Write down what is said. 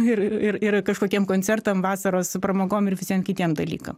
ir ir ir kažkokiem koncertam vasaros pramogom ir visiem kitiem dalykam